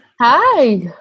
Hi